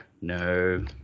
no